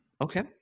Okay